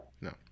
no